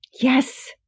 Yes